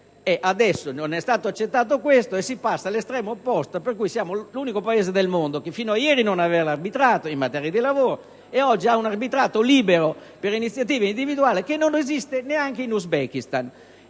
proposta non è stata accettata, si passa all'estremo opposto, per cui siamo l'unico Paese del mondo che fino a ieri non aveva l'arbitrato in materia di lavoro e oggi ne ha uno libero per iniziative individuali, cosa che non esiste neanche in Uzbekistan.